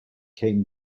came